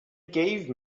gave